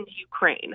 Ukraine